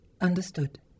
Understood